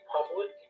Public